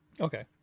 okay